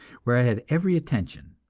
where i had every attention.